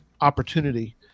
opportunity